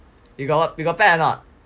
you got pet or not